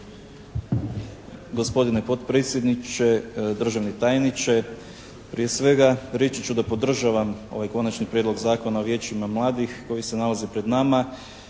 Gospodine potpredsjedniče, državni tajniče. Prije svega reći ću da podržavam ovaj Konačni prijedlog Zakona o Vijećima mladih koji se nalazi pred nama